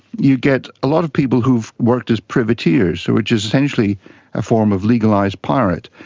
you get a lot of people who've worked as privateers, who were just essentially a form of legalised pirate.